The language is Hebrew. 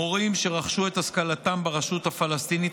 מורים שרכשו את השכלתם ברשות הפלסטינית,